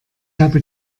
habe